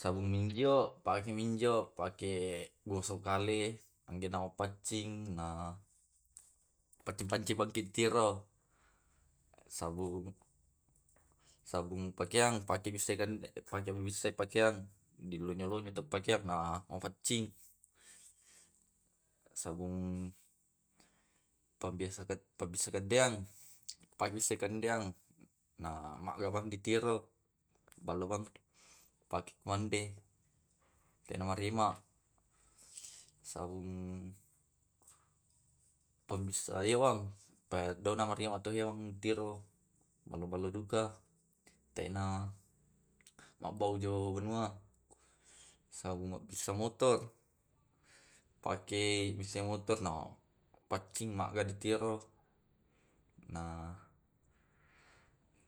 Sabun minjo, pakeminjo pake gosok kale angkena mapaccing, na paccing paccingikinciro. Sabung sabung pakeang pake bissai kand pake bissai pakeang, dilonyo-lonyo tu pakean na mapaccing, sabung, pabiasa kat pabisa kateang pabisa kandeang. Magga bang di tiro pallobang pake ko mande tena marima. sabung Pabbissa hewang, pa dona ma rimato na hewang tiro, ballo ballo duka tena. mabbau jawa banua. Sabung pabbissa motor pakei mabbissai motor na. Mapaccing magaditiro na